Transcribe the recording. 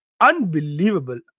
unbelievable